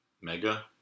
Mega